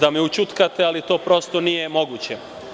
da me ućutkate, ali to nije moguće.